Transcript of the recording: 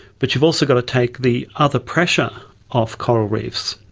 but you've also got to take the other pressure off coral reefs.